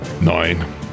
Nine